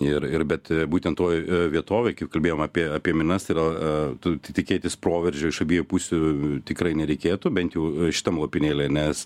ir ir bet būtent toj vietovėj kaip kalbėjom apie apie minas yra tu tikėtis proveržio iš abiejų pusių tikrai nereikėtų bent jau šitam lopinėlyje nes